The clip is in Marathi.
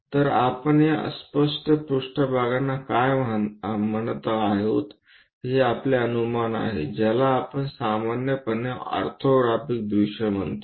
तर आपण या अस्पष्ट पृष्ठभागांना काय म्हणतो आहोत हे आपले अनुमान आहे ज्याला आपण सामान्यपणे ऑर्थोग्राफिक दृश्य म्हणतो